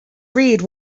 read